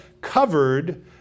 covered